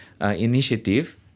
initiative